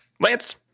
Lance